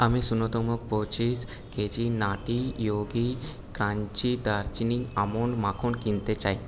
আমি শূন্যতম পঁচিশ কেজি নাটি ইয়োগি ক্রাঞ্চি দারচিনি আমন্ড মাখন কিনতে চাই